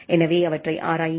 எனவே அவற்றை ஆராயுங்கள்